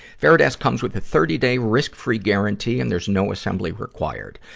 varidesk comes with a thirty day, risk-free guarantee, and there's no assembly required.